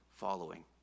following